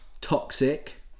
toxic